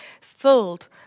filled